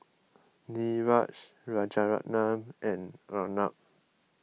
Niraj Rajaratnam and Arnab